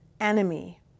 enemy